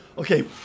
Okay